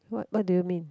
what what do you mean